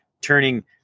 turning